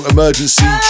Emergency